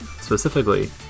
specifically